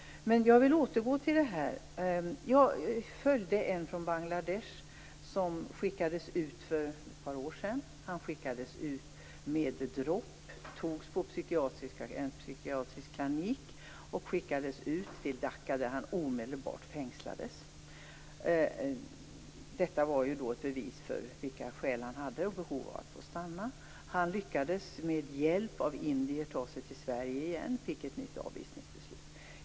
Jag vill återgå till det. Jag har följt en person från Bangladesh. Han skickades ut för ett par år sedan med dropp. Han togs från en psykiatrisk klinik och skickades till Dhaka där han omedelbart fängslades. Detta var ett bevis för vilka skäl och behov han hade av att få stanna. Han lyckades med hjälp av indier att ta sig till Sverige igen och fick ett nytt avvisningsbeslut.